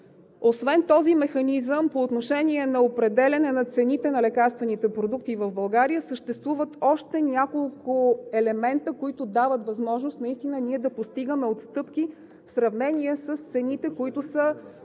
Освен този механизъм по отношение на определяне на цените на лекарствените продукти в България съществуват още няколко елемента, които дават възможност наистина ние да постигаме отстъпки в сравнение с цените, които са